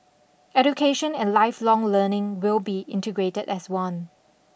education and lifelong learning will be integrated as one